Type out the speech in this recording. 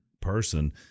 person